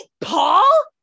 Paul